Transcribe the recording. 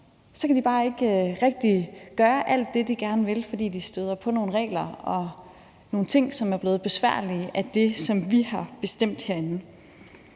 kan de bare ikke rigtig gøre alt det, de gerne vil, fordi de støder på nogle regler, og fordi der er nogle ting, som er blevet besværlige af det, som vi har bestemt herinde.